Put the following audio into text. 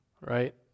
Right